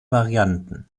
varianten